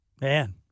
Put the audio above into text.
Man